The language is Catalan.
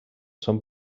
són